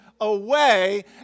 away